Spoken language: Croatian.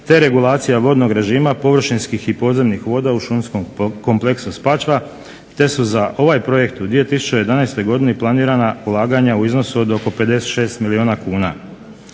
te regulacija vodnog režima površinskih i podzemnih voda u šumskom kompleksu Spačva, te su za ovaj projekt u 2011. godini planirana ulaganja u iznosu od oko 56 milijuna kuna,